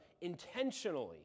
intentionally